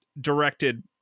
directed